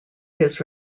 his